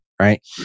Right